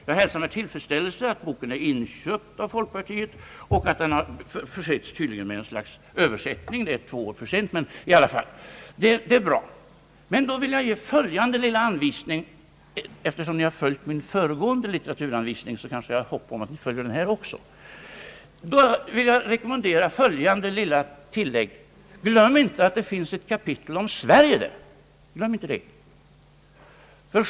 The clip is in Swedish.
Jag hälsar med tillfredsställelse att boken inköpts av folkpartiet och att den blivit föremål för någon sorts översättning. Visserligen är det två år för sent, men det är ändå bra. Eftersom herrarna har följt min föregående = litteraturanvisning, har jag kanske hopp om att ni följer också en annan rekommendation som jag vill göra, nämligen följande lilla tillägg: Glöm inte att det finns ett kapitel om Sverige i boken!